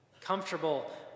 Comfortable